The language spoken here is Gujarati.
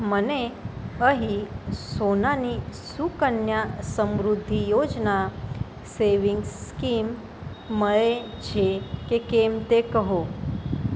મને અહીં સોનાની સુકન્યા સમૃદ્ધિ યોજના સેવિંગ્સ સ્કીમ મળે છે કે કેમ તે કહો